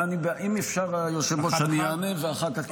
אם אפשר, היושב-ראש, אני אענה ואחר כך.